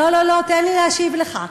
לא לא לא, תן לי להשיב לך.